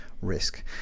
risk